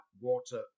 water